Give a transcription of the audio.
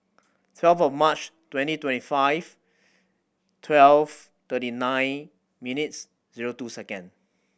twelve of March twenty twenty five twelve thirty nine minutes zero two second